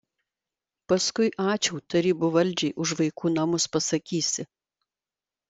paskui ačiū tarybų valdžiai už vaikų namus pasakysi